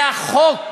זה החוק.